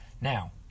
Now